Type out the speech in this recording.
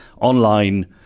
online